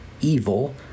evil